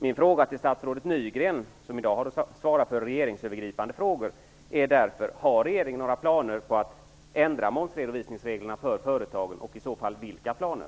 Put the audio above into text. Min fråga till statsrådet Nygren, som i dag har att svara på regeringsövergripande frågor är därför: Har regeringen några planer på att ändra momsredovisningsreglerna för företagen, och i så fall vilka planer?